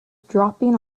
dropping